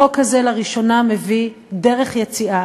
החוק הזה לראשונה מביא דרך יציאה,